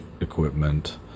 equipment